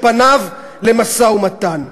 שפניו למשא-ומתן.